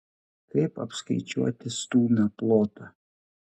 kaip apskaičiuoti stūmio plotą